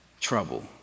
trouble